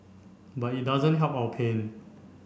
but it doesn't help our pain